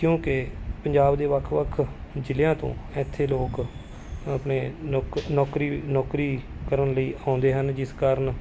ਕਿਉਂਕਿ ਪੰਜਾਬ ਦੇ ਵੱਖ ਵੱਖ ਜ਼ਿਲ੍ਹਿਆਂ ਤੋਂ ਇੱਥੇ ਲੋਕ ਆਪਣੇ ਨੌਕ ਨੌਕਰੀ ਨੌਕਰੀ ਕਰਨ ਲਈ ਆਉਂਦੇ ਹਨ ਜਿਸ ਕਾਰਨ